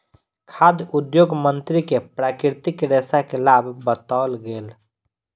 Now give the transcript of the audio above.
खाद्य उद्योग मंत्री के प्राकृतिक रेशा के लाभ बतौल गेल